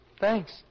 Thanks